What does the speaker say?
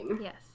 yes